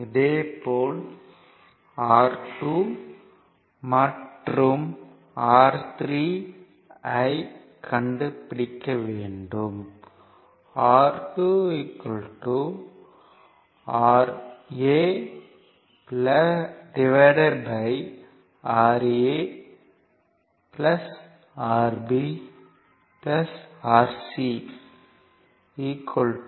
இதே போல் R2 மற்றும் R3 ஐ கண்டு பிடிக்கவேண்டும்